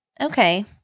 Okay